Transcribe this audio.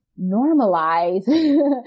normalize